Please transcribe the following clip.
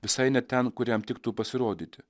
visai ne ten kur jam tiktų pasirodyti